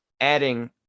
adding